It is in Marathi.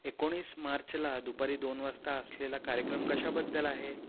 एकोणीस मार्चला दुपारी दोन वाजता असलेला कार्यक्रम कशाबद्दल आहे